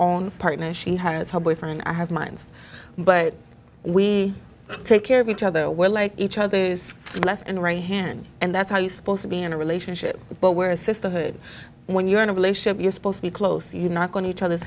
own partners she has her boyfriend i have mines but we take care of each other we're like each other left and right hand and that's how you supposed to be in a relationship where sisterhood when you're in a relationship you're supposed to be close you're not going to each other's